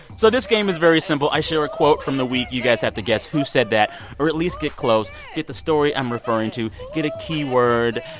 so this game is very simple. i share a quote from the week. you guys have to guess who said that or at least get close, get the story i'm referring to, get a key word.